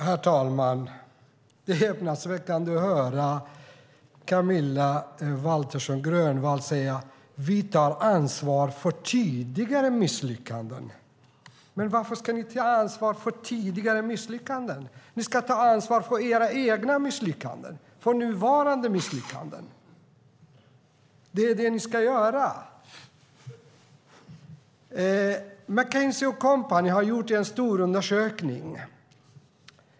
Herr talman! Det är häpnadsväckande att höra Camilla Waltersson Grönvall säga: Vi tar ansvar för tidigare misslyckanden. Men varför ska ni ta ansvar för tidigare misslyckanden? Ni ska ta ansvar för era egna, nuvarande misslyckanden! Det är det ni ska göra. McKinsey & Company har gjort en stor undersökning.